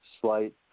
slight